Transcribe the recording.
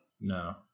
No